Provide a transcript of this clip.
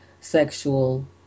sexual